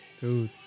Dude